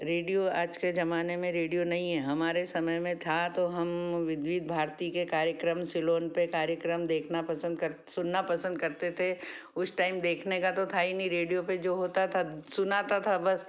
radio आज के ज़माने में रेडियो नहीं है हमारे समय में था तो हम विविध भारती के कार्यक्रम सिलोन पर कार्यक्रम देखना पसंद कर सुनना पसंद करते थे उस टाइम देखने का तो था ही नहीं रेडियो पर जो होता था सुनाता था बस